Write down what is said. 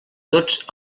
tots